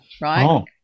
right